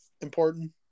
important